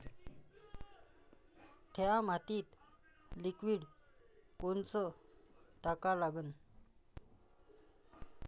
थ्या मातीत लिक्विड कोनचं टाका लागन?